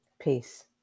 Peace